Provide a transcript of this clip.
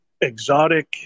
exotic